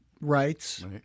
rights